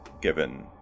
given